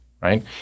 Right